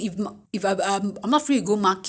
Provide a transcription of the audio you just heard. winter melon also can make into you know